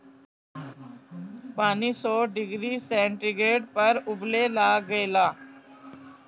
पानी सौ degree centigrade पर उबले लागेला